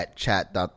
Chat